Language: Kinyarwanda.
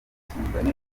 y‟ubwisungane